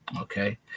Okay